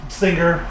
singer